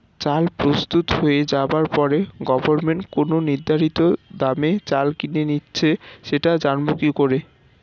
চাল প্রস্তুত হয়ে যাবার পরে গভমেন্ট কোন নির্ধারিত দামে চাল কিনে নিচ্ছে সেটা জানবো কি করে?